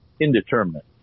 indeterminate